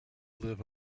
live